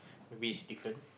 maybe is different